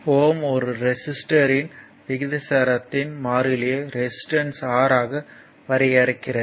Ω ஒரு ரெசிஸ்டர்யின் விகிதாசாரத்தின் மாறிலியை ரெசிஸ்டன்ஸ் R ஆக வரையறுக்கிறது